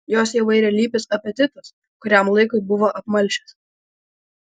jos įvairialypis apetitas kuriam laikui buvo apmalšęs